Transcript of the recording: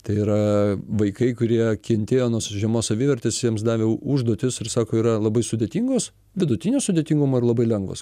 tai yra vaikai kurie kentėjo nuo žemos savivertės jiems davė užduotis ir sako yra labai sudėtingos vidutinio sudėtingumo ir labai lengvos